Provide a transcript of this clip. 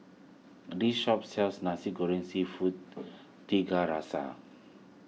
this shop sells Nasi Goreng Seafood Tiga Rasa